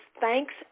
thanks